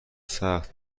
سخت